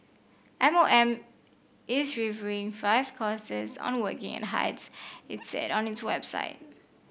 M O M is reviewing five courses on the working at heights it said on its website